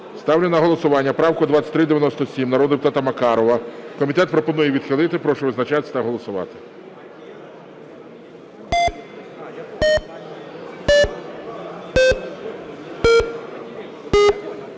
Ставлю на голосування правку 2397 народного депутата Макарова. Комітет пропонує відхилити. Прошу визначатись та голосувати.